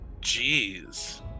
Jeez